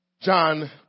John